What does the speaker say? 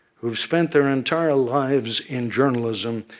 who've spent their entire lives in journalism,